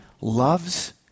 loves